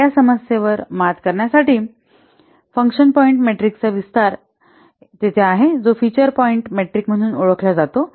या समस्येवर मात करण्यासाठी फंक्शन पॉईंट मेट्रिकचा विस्तार तेथे आहे जो फीचर पॉईंट मेट्रिक म्हणून ओळखला जातो